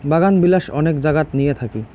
বাগানবিলাস অনেক জাগাত নিয়া থাকি